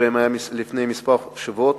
שבהם היה לפני כמה שבועות,